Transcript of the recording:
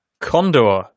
Condor